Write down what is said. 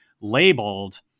labeled